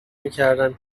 میکردم